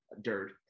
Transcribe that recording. dirt